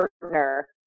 partner